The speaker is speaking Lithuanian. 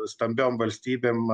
stambiom valstybėm